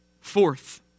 Fourth